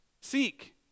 seek